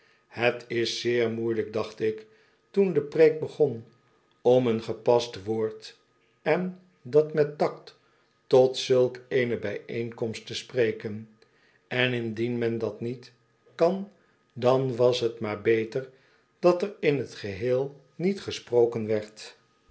het is zeer moeielijk dacht ik toen de preek begon om een gepast woord en dat met tact tot zulk eene bijeenkomst te spreken en indien men dat niet kan dan was t maar beter dat er in t geheel niet gesproken werd